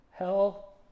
Hell